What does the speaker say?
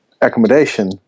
accommodation